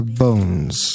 bones